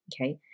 Okay